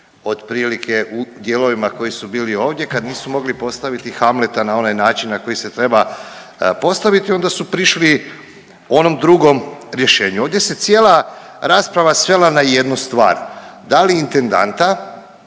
otprilike u dijelovima koji su bili ovdje kad nisu mogli postaviti Hamleta na onaj način na koji se treba postaviti onda su prišli onom drugom rješenju. Ovdje se cijela rasprava svela na jednu stvar, da li intendanta